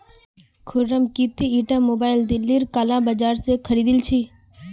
खुर्रम की ती ईटा मोबाइल दिल्लीर काला बाजार स खरीदिल छि